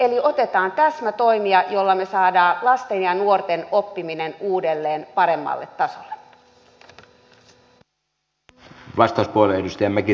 eli otetaan täsmätoimia joilla me saamme lasten ja nuorten oppiminen uudelleen paremmalle tasolle